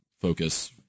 focus